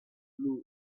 blue